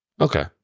Okay